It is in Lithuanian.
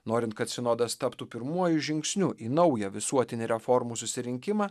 norint kad sinodas taptų pirmuoju žingsniu į naują visuotinį reformų susirinkimą